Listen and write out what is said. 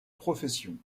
profession